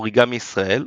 אוריגמישראל,